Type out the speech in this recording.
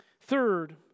Third